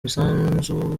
misanzu